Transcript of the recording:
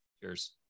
Cheers